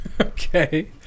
Okay